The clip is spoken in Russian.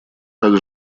так